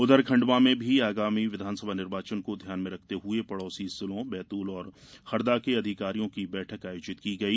उधर खण्डवा में भी आगामी विधानसभा निर्वाचन को ध्यान में रखते हुए पड़ोसी जिलों बैतूल और हरदा के अधिकारियों की बैठक आयोजित की गई